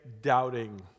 doubting